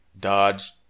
dodge